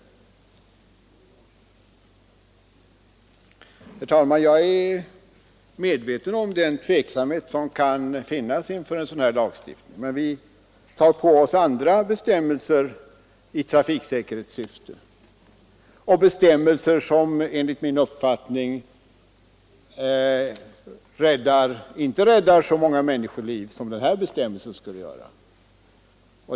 Herr talman! Jag är medveten om den tveksamhet som kan råda inför en sådan här lagstiftning. Men vi tar på oss andra bestämmelser i trafiksäkerhetssyfte — bestämmelser som enligt min uppfattning inte räddar så många människoliv som den här bestämmelsen skulle göra.